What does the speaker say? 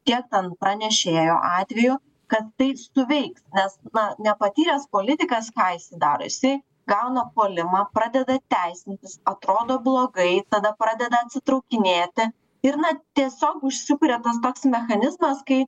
tiek ten pranešėjo atveju kad tai suveiks nes na nepatyręs politikas ką jisai daro jisai gauna puolimą pradeda teisintis atrodo blogai tada pradeda atsitraukinėti ir na tiesiog užsikuria tas toks mechanizmas kai